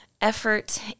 effort